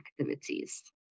activities